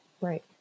Right